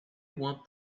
want